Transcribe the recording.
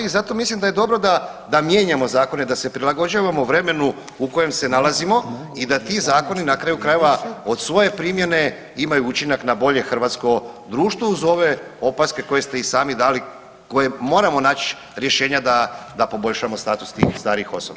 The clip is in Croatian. I zato mislim da je dobro da mijenjamo zakone, da se prilagođavamo vremenu u kojem se nalazimo i da ti zakoni na kraju krajeva od svoje primjene imaju učinak na bolje hrvatskom društvu uz ove opaske koje ste i sami dali koje moramo naći rješenja da poboljšamo status tih starih osoba.